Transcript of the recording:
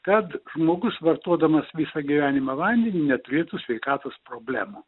kad žmogus vartodamas visą gyvenimą vandenį neturėtų sveikatos problemų